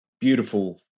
beautiful